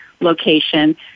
location